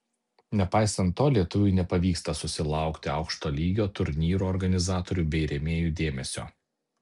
nepaisant to lietuviui nepavyksta susilaukti aukšto lygio turnyrų organizatorių bei rėmėjų dėmesio